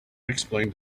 explained